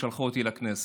ששלחו אותי לכנסת.